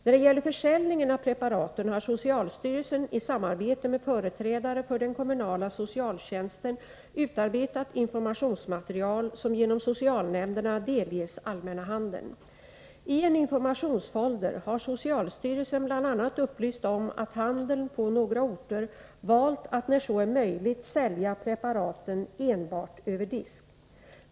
När det gäller försäljningen av preparaten har socialstyrelsen i samarbete med företrädare för den kommunala socialtjänsten utarbetat informationsmaterial som genom socialnämnderna delges allmänna handeln. I en informationsfolder har socialstyrelsen bl.a. upplyst om att handeln på några orter valt att när så är möjligt sälja preparaten enbart över disk.